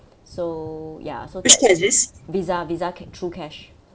so ya so Visa Visa ca~ true cash